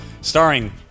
starring